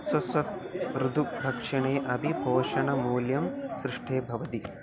स्वस्व ऋतुभक्षणे अपि पोषणमूल्यं पृष्ठे भवति